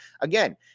again